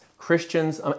Christians